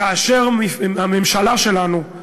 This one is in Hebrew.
כאשר הממשלה שלנו,